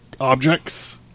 objects